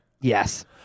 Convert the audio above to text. Yes